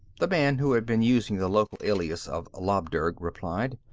the man who had been using the local alias of labdurg replied.